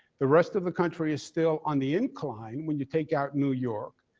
the rest of the country is still on the incline, when you take out new york,